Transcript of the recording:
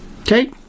Okay